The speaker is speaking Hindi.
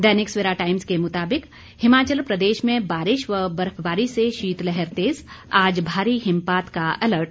दैनिक सवेरा टाइम्स के मुताबिक हिमाचल प्रदेश में बारिश व बर्फबारी से शीतलहर तेज आज भारी हिमपात का अलर्ट